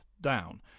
down